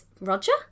Roger